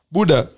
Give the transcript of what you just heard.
Buda